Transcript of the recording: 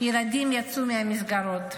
ילדים יצאו מהמסגרות.